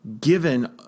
given